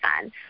fun